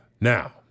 Now